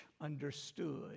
understood